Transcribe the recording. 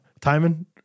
Timon